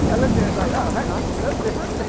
and look, there's like oh, hang on that's different